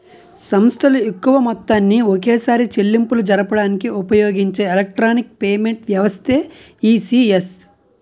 సంస్థలు ఎక్కువ మొత్తాన్ని ఒకేసారి చెల్లింపులు జరపడానికి ఉపయోగించే ఎలక్ట్రానిక్ పేమెంట్ వ్యవస్థే ఈ.సి.ఎస్